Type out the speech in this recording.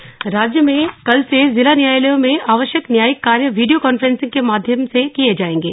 न्यायिक कार्य राज्य में कल से जिला न्यायालयों में आवश्यक न्यायिक कार्य वीडियो कांफ्रेंसिंग के माध्यम से किये जायेगें